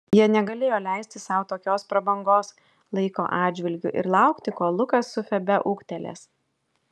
jie negalėjo leisti sau tokios prabangos laiko atžvilgiu ir laukti kol lukas su febe ūgtelės